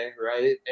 right